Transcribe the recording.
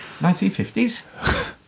1950s